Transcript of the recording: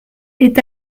est